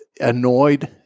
annoyed